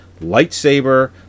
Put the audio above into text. lightsaber